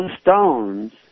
stones